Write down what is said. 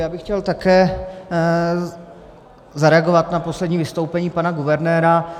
Já bych chtěl také zareagovat na poslední vystoupení pana guvernéra.